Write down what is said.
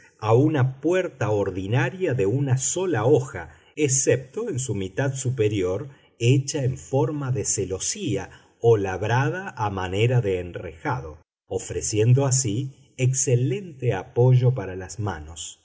a una puerta ordinaria de una sola hoja excepto en su mitad superior hecha en forma de celosía o labrada a manera de enrejado ofreciendo así excelente apoyo para los manos